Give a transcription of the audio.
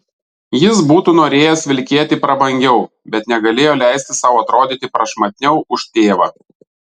jis būtų norėjęs vilkėti prabangiau bet negalėjo leisti sau atrodyti prašmatniau už tėvą